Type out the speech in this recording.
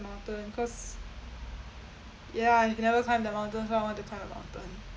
mountain cause ya I've never climbed the mountain so I want to climb a mountain